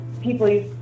people